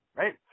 right